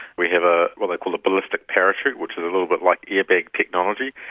we have ah what they call a ballistic parachute which is a little bit like airbag technology.